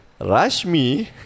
Rashmi